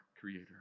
creator